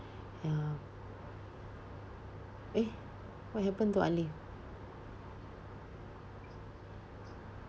uh eh what happened to alif